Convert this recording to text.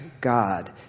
God